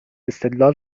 استدلال